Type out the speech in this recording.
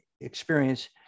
experience